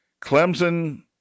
clemson